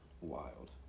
Wild